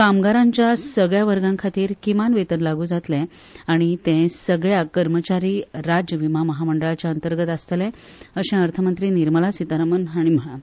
कामगारांच्या सगळ्या वर्गा खातीर किमान वेतन लागू जातलें आनी तें सगळ्या कर्मचारी राज्य विमो म्हामंडळाच्या अंतर्गत आसतले अशें अर्थ मंत्री निर्मला सितारामन हांणी म्हळां